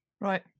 Right